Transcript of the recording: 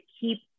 keep